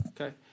okay